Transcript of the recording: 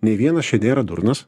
nei vienas čia nėra durnas